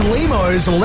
Limo's